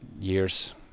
years